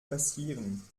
passieren